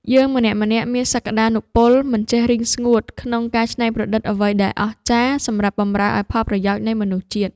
យើងម្នាក់ៗមានសក្តានុពលមិនចេះរីងស្ងួតក្នុងការច្នៃប្រឌិតអ្វីដែលអស្ចារ្យសម្រាប់បម្រើឱ្យផលប្រយោជន៍នៃមនុស្សជាតិ។